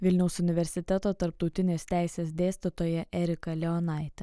vilniaus universiteto tarptautinės teisės dėstytoja erika leonaitė